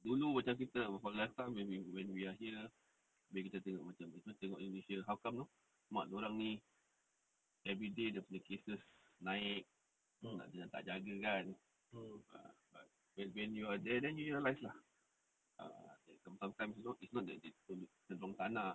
dulu macam kita for last time when we are here abeh kita tengok macam tengok this year how come you know mak dia orang ni everyday dia punya cases naik macam tak jaga kan ah but when when you are there then you realise lah err that some~ sometimes you know it's not that they don't macam dia orang tak nak